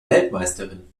weltmeisterin